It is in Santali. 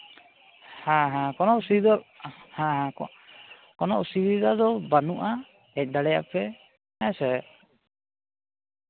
ᱦᱮᱸ ᱦᱮᱸ ᱠᱳᱱᱳ ᱚᱥᱩᱵᱤᱫᱷᱟ ᱦᱮᱸ ᱦᱮᱸ ᱠᱳᱱᱳ ᱚᱥᱩᱵᱤᱫᱷᱟ ᱫᱚ ᱵᱟᱹᱱᱩᱜᱼᱟ ᱦᱮᱡ ᱫᱟᱲᱮᱭᱟᱜᱼᱟ ᱯᱮ ᱦᱮᱸ ᱥᱮ